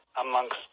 amongst